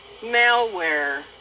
malware